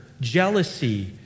jealousy